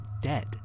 dead